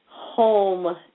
Home